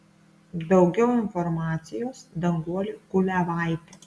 daugiau informacijos danguolė kuliavaitė